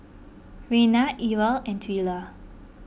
Raina Ewell and Twila